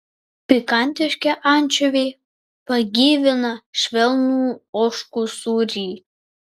pikantiški ančiuviai pagyvina švelnų ožkų sūrį